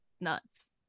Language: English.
Nuts